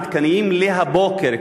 העדכניים להבוקר,